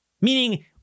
Meaning